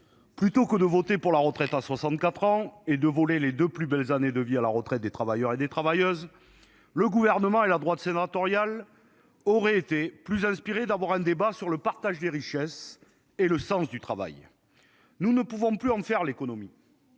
Plutôt que de voter pour la retraite à 64 ans et de voler les 2 plus belles années de vie à la retraite des travailleurs et des travailleuses. Le gouvernement et la droite sénatoriale aurait été plus inspiré d'avoir un débat sur le partage des richesses et le sens du travail. Nous ne pouvons plus en faire l'économie.